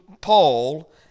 Paul